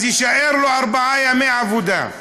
אז יישארו לו ארבעה ימי עבודה.